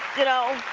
you know,